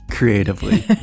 Creatively